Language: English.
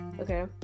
Okay